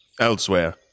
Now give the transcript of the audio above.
Elsewhere